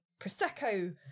prosecco